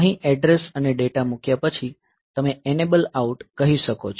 અહીં એડ્રેસ અને ડેટા મૂક્યા પછી તમે એનેબલ આઉટ કહી શકો છો